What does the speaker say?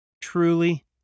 Truly